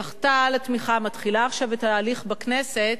זכתה לתמיכה, מתחילה עכשיו את ההליך בכנסת,